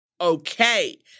Okay